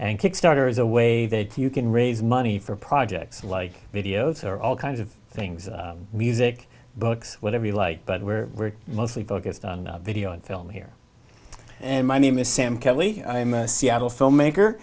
and kickstarter is a way that you can raise money for projects like videos or all kinds of things music books whatever you like but we're mostly focused on video and film here and my name is sam kelly i'm a seattle filmmaker